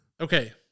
Okay